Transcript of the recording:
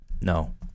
no